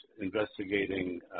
investigating